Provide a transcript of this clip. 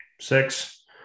six